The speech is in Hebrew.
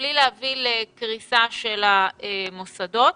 מבלי להביא לקריסת המוסדות.